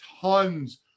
tons